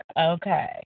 Okay